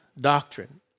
doctrine